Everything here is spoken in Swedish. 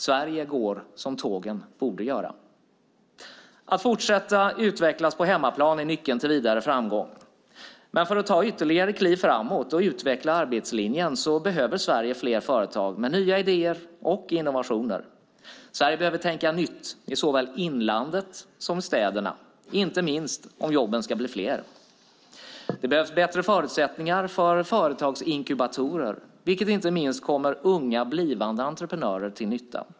Sverige går som tågen borde göra. Att fortsätta utvecklas på hemmaplan är nyckeln till vidare framgång, men för att ta ytterligare kliv framåt och utveckla arbetslinjen behöver Sverige fler företag med nya idéer och innovationer. Sverige behöver tänka nytt i såväl inlandet som städerna, inte minst om jobben ska bli fler. Det behövs bättre förutsättningar för företagsinkubatorer, vilket inte minst kommer unga blivande entreprenörer till nytta.